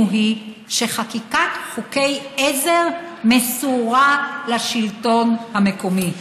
היא שחקיקת חוקי עזר מסורה לשלטון המקומי,